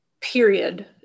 period